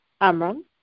Amram